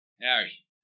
Harry